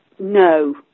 No